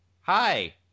Hi